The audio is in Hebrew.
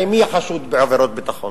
הרי מי חשוד בעבירות ביטחון?